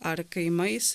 ar kaimais